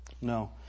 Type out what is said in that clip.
No